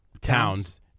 towns